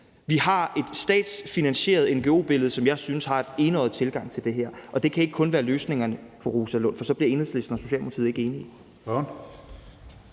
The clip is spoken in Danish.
Vi har et statsfinansieret ngo-billede, som jeg synes har en enøjet tilgang til det her, og det kan ikke kun være løsningerne, fru Rosa Lund, for så bliver Enhedslisten og Socialdemokratiet ikke enige.